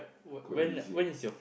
quite busy